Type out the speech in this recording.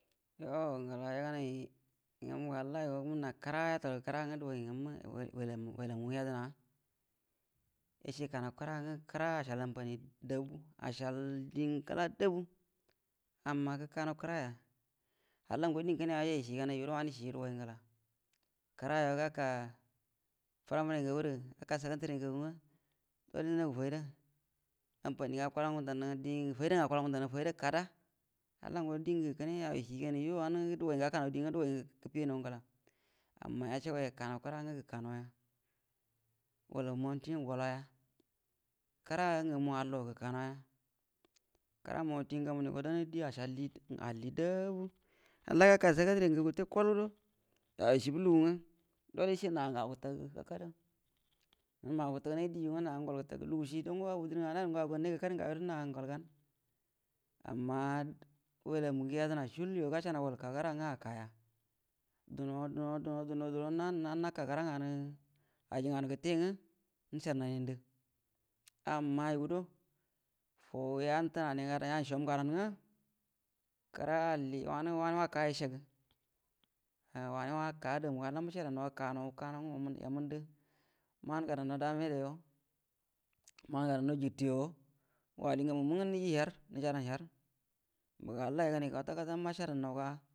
Yuo ngəla yogənay ngamu ngwə talla yuo mənna kəra, yatal gə kəra ngwə duguay ngamma welamu yedəna yecie kanaw kəra ngwə akəal anfanie dabu, acəal die ngala dabu, amma gəka naw kəraya, halla ngo diengə yau yajay yecie ji ganayayu guəro wanə yecieji gə duguay nga’ ngəla, kəra yuo gaka fəra mare ngagu gərə gaka sakandare ngagu ngwə dole nənagu fay da anfanie ngə akula ngundan ‘a, die fay da ngə akula mundum fayda kada halla ngo diengə yau yecie ji gani yue guəro, wanə duguay gə gaka nau diengə duguay gə gəfinaw gə ngəla, amma yəcəa guay ga kanaw kəra ngə gəka nauya, wal monti ngə gollow ya, kəra ngamu allo gəka naw ya, kəra monti ngə gamunə yugo acəal die alli dabu hall gaka sakan dare ngagu gəte kol dugo yau yəcəbu lugu ngwə dolero yəce nangə au gətəgə kakadə go ma gu gətə gənaw diewu ngwə, lugu cie dan go wudur ngana ‘a ga au gannay kakadu yuoguəro nangə gu gan amma welamnngə yedəna cuəlyu gacəanəga wal gəka kəra ngwə akaya, duno duno duno guəro nan nganu gəte ngwə nəcəar nanin du amma yu go da faw yan tuna nigadan bom ngadan gwa kəra alli ga wanə waka’a yəcəagu wanə waka, damu kanaw kanaw ga yaməndə mangadanaw damedə yu, manga danaw jətəyo wali ngamu mungɔ ruəja dan her mbaga halla yagannay kaca kaca.